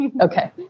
Okay